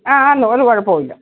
ആ ആന്ന് ഒരു കുഴപ്പവും ഇല്ല